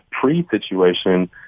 pre-situation